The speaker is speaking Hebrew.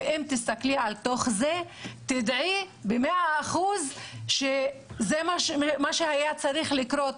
אם תסתכלי אל תוך זה תדעי במאה אחוז שזה מה שהיה צריך לקרות